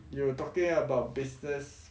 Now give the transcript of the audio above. you were talking about business